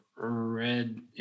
Red